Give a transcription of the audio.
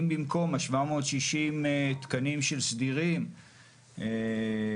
אם במקום 760 תקנים של סדירים שכידוע